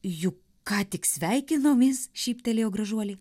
juk ką tik sveikinomės šyptelėjo gražuolė